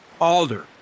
alder